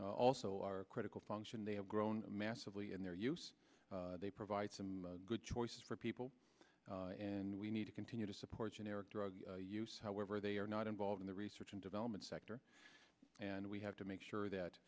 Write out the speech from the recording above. also are critical function they have grown massively in their use they provide some good choices for people and we need to continue to support generic drug use however they are not involved in the research and development sector and we have to make sure that